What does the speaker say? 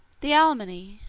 the alemanni,